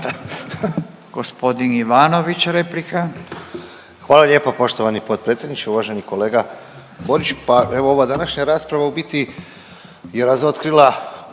Hvala